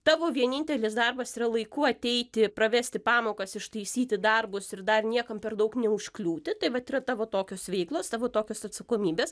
tavo vienintelis darbas yra laiku ateiti pravesti pamokas ištaisyti darbus ir dar niekam per daug neužkliūti tai vat yra tavo tokios veiklos tavo tokios atsakomybės